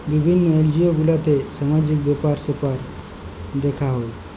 বিভিল্য এনজিও গুলাতে সামাজিক ব্যাপার স্যাপার দ্যেখা হ্যয়